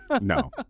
no